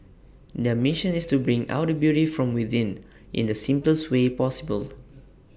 their mission is to bring out the beauty from within in the simplest way possible